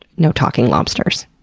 no talking lobsters.